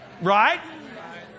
Right